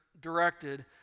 directed